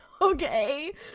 okay